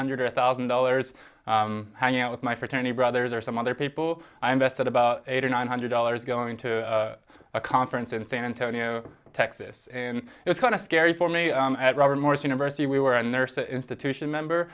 hundred thousand dollars hanging out with my fraternity brothers or some other people i invested about eight or nine hundred dollars going to a conference in san antonio texas and it's kind of scary for me at robert morris university we were a nurse the institution member